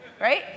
right